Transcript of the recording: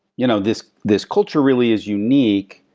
you know this this culture really is unique,